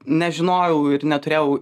nežinojau ir neturėjau